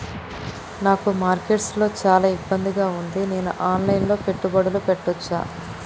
నాకు మార్కెట్స్ లో చాలా ఇబ్బందిగా ఉంది, నేను ఆన్ లైన్ లో పెట్టుబడులు పెట్టవచ్చా?